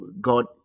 God